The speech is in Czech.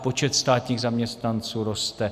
Počet státních zaměstnanců roste.